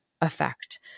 effect